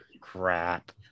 crap